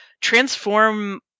transform